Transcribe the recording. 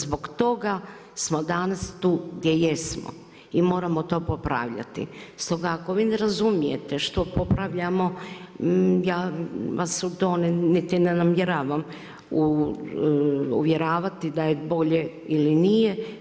Zbog toga smo danas tu gdje jesmo i moramo to popravljati, stoga ako vi ne razumijete što popravljamo ja vas u to niti ne namjeravam uvjeravati da je bolje ili nije.